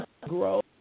grow